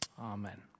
Amen